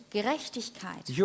Gerechtigkeit